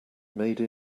made